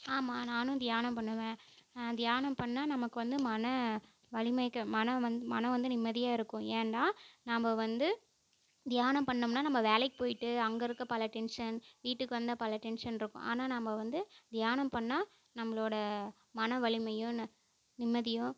ஆமாம் நானும் தியானம் பண்ணுவேன் தியானம் பண்ணிணா நமக்கு வந்து மன வலிமைக்கு மனம் வந்து மனம் வந்து நிம்மதியாக இருக்கும் ஏன்னா நாம் வந்து தியானம் பண்னோம்ன்னா நம்ம வேலைக்கு போயிட்டு அங்கேருக்க பல டென்ஷன் வீட்டுக்கு வந்தால் பல டென்ஷன்ருக்கும் ஆனால் நம்ம வந்து தியானம் பண்ணிணா நம்மளோடய மன வலிமையும் ந நிம்மதியும்